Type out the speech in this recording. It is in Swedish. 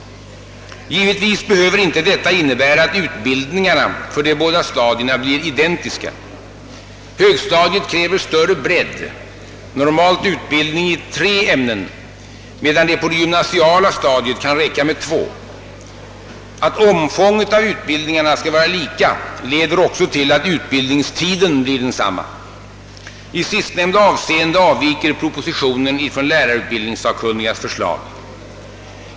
Givetvis behöver inte detta innebära att utbildningen för de båda stadierna blir identisk. Högstadiet kräver större bredd, normalt utbildning i tre ämnen, medan det på det gymnasiala stadiet kan räcka med två. Att omfånget av utbildningen skall vara lika leder också till att utbildningstiden blir densamma. I sistnämnda avseende avviker propositionen från LUS” förslag.